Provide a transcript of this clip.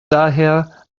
daher